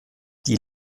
die